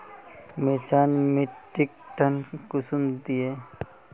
मिर्चान मिट्टीक टन कुंसम दिए?